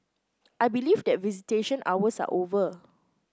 I believe that visitation hours are over